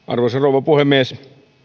arvoisa rouva puhemies